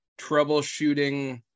troubleshooting